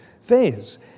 phase